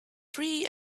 free